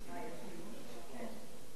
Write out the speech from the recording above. סוייד.